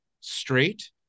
straight